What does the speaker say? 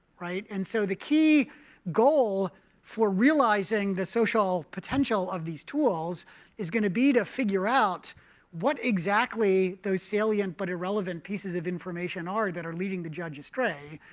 and so the key goal for realizing the social potential of these tools is going to be to figure out what exactly those salient-but-irrelevant pieces of information are that are leading the judge astray.